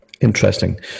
Interesting